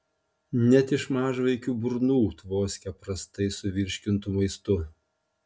net iš mažvaikių burnų tvoskia prastai suvirškintu maistu